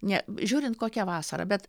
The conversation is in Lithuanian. ne žiūrint kokia vasara bet